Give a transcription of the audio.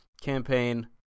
campaign